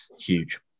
huge